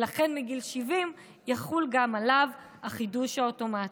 ולכן מגיל 70 יחול גם עליו החידוש האוטומטי.